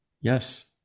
Yes